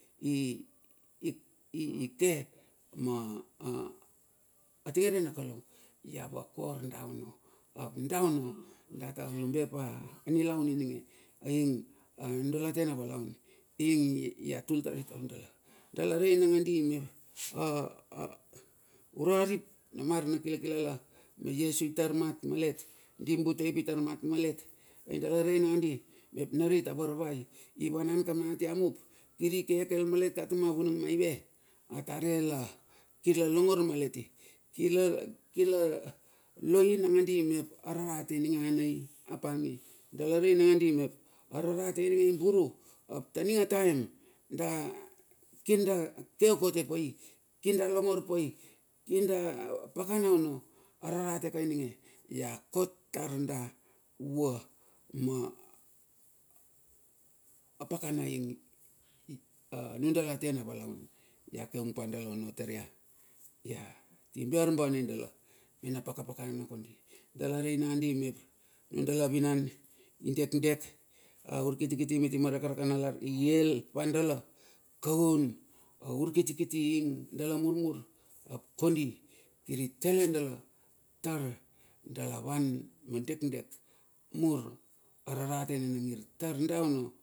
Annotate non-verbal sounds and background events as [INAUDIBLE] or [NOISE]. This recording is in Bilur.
[HESITATION] ike atinge ri na kalou ia vokor daono ap daono datar lumba pa nilaun ininge ing anundala tena valaun ing ia tul tari taur dala, dala mangadi mep a [HESITATION] ura rip na mar na kilakilala me iesu itar mat malet di bute i ap i tar mat malet, ai dala rei nadi mep narit a varauai ivanan kama atia mup, kiri kekel malet katuma vunang maive, atare kir la longor malet kir la loi nadi mep a ararate ininge anai ap ami dala rei mandi ararate ininge i buru ap taning a taem [HESITATION] kir da ke okote pai kiri da longor pai kirda pakana ono ararate ka ininge ia kot tar da vua ma pakana ing nundala tena valuan ia keung pa dala ono tar ia [HESITATION] timbe ar bane dala ono mena pakaiana kondi. Dala rei nandi mep nundala vinan idekdek ap aurkitikiti miti ma raka nalar iel pa dala kaun aur kiti kiti ing dala murmur ap kondi, kiri tale dala tar dala van ma dekdek mur arate nina ngir tar da ono ike atinge rena kalou ia vakor da ono ap da ono da tar lumbe pa a nilaun ininge ing a nundala tena valaun ing ia tul tari taur dala dala rei angadi mep ura rip na mar na kilakilala.